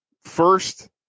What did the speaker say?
First